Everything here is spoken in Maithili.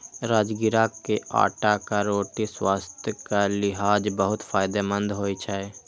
राजगिरा के आटाक रोटी स्वास्थ्यक लिहाज बहुत फायदेमंद होइ छै